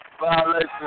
violation